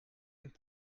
than